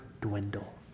dwindle